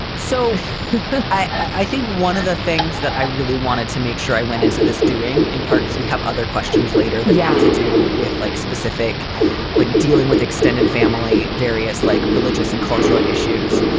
so i think one of the things that i really wanted to make sure i went into this doing in part because we have other questions later that has yeah to do with like specific like dealing with extended family, various like religious and cultural issues.